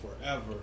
forever